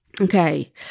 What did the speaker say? Okay